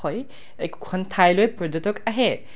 হয় একোখন ঠাইলৈ পৰ্যটক আহে